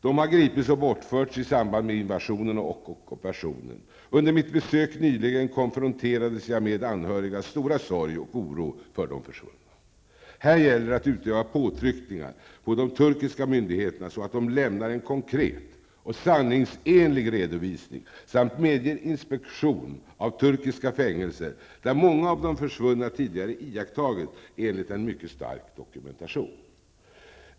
De har gripits och bortförts i samband med invasionen och ockupationen. Under mitt besök nyligen konfronterades jag med anhörigas stora sorg och oro för de försvunna. Här gäller det att utöva påtryckningar på de turkiska myndigheterna så att de lämnar en konkret och sanningsenlig redovisning samt medger inspektion av turkiska fängelser, där många av de försvunna tidigare iakttagits, enligt en mycket stark dokumentation.